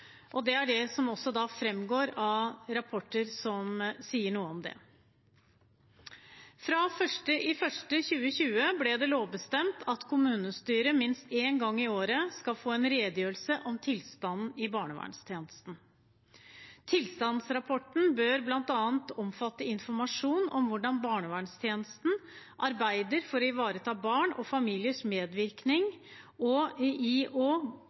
Det er det som også framgår av rapporter som sier noe om det. Fra 1. januar 2021 ble det lovbestemt at kommunestyret minst én gang i året skal få en redegjørelse om tilstanden i barnevernstjenesten. Tilstandsrapporten bør bl.a. omfatte informasjon om hvordan barnevernstjenesten arbeider for å ivareta barn og familiers medvirkning, og deres erfaringer i møtet med barnevernstjenesten. Dette vil gi kommunestyret og